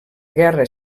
guerra